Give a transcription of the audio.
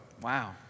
Wow